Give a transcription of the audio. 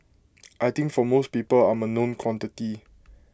I think for most people I'm A known quantity